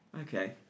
Okay